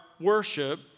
worship